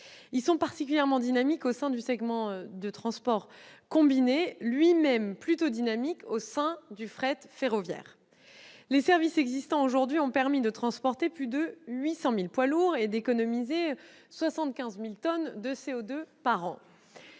Elles sont particulièrement dynamiques au sein du segment de transport combiné, lui-même plutôt dynamique au sein du fret ferroviaire. Les services existants aujourd'hui ont permis de transporter plus de 800 000 poids lourds et d'économiser 75 000 tonnes de CO2 par an.